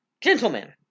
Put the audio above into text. gentlemen